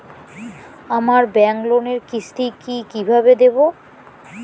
আমার ব্যাংক লোনের কিস্তি কি কিভাবে দেবো?